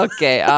Okay